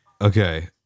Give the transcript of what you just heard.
Okay